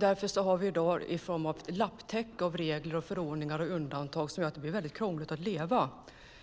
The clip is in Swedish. Därför har vi i dag ett lapptäcke av regler, förordningar och undantag, vilket gör att det blir krångligt att leva